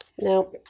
Now